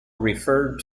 referred